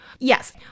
Yes